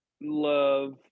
love